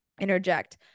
interject